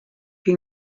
più